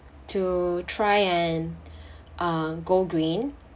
to try and uh go green